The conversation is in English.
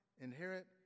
inherit